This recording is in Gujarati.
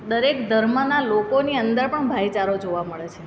દરેક ધર્મના લોકોની અંદર પણ ભાઈચારો જોવા મળે છે